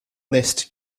list